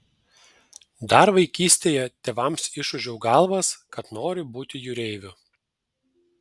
dar vaikystėje tėvams išūžiau galvas kad noriu būti jūreiviu